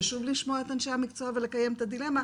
חשוב לשמוע את אנשי המקצוע ולקיים את הדילמה,